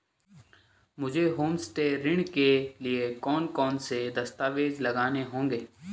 मुझे होमस्टे ऋण के लिए कौन कौनसे दस्तावेज़ लगाने होंगे?